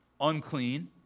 unclean